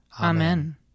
Amen